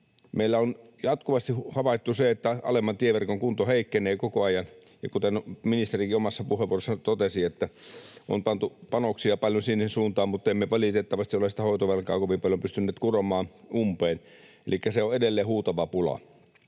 Meillä on jatkuvasti havaittu se, että alemman tieverkon kunto heikkenee koko ajan, ja kuten ministerikin omassa puheenvuorossaan totesi, niin on pantu panoksia paljon sinne suuntaan mutta emme valitettavasti ole sitä hoitovelkaa kovin paljon pystyneet kuromaan umpeen. Elikkä on edelleen huutava pula,